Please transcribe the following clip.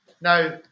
Now